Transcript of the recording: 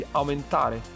aumentare